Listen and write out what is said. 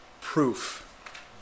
proof